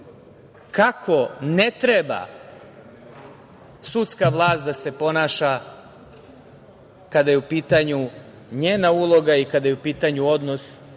kako ne treba sudska vlast da se ponaša kada je u pitanju njena uloga i kada je u pitanju odnos prema